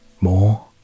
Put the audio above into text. more